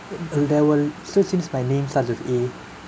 uh there were search by names starts with A